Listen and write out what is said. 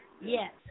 Yes